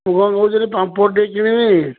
ମୁଁ କ'ଣ କହୁଥିଲି ପାମ୍ପଡ଼ ଟିକେ କିଣିବି